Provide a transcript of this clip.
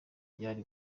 byari